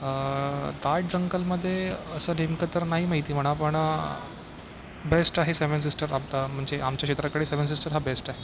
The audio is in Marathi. दाट जंगलामध्ये असं नेमकं तर नाही माहिती म्हणा पण बेस्ट आहे सेव्हन सिस्टर आपलं म्हणजे आमच्या क्षेत्राकडे सेव्हन सिस्टर बेस्ट आहे